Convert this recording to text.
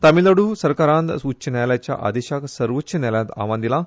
तामिळनाडू सरकारान उच्च न्यायालयाच्या आदेशाक सर्वोच्च न्यायालयांत आव्हान दिलां